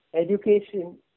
education